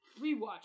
rewatch